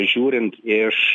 žiūrint iš